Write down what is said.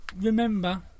remember